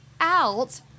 out